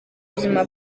ubuzima